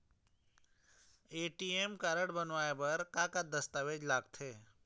ATM card बनवाए बर का का दस्तावेज लगथे?